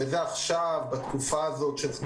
אנחנו מזכירים לאדוני שלא היתה היערכות לשעת